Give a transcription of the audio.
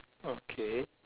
okay